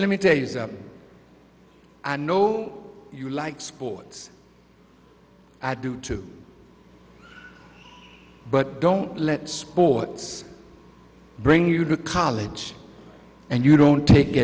let me tell you i know you like sports i do too but don't let sports bring you to college and you don't take